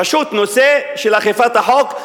פשוט נושא של אכיפת החוק,